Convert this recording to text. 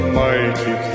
mighty